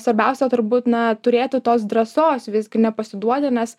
svarbiausia turbūt na turėti tos drąsos visgi nepasiduodi nes